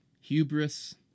Hubris